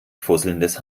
fusselndes